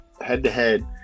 head-to-head